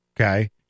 okay